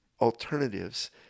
alternatives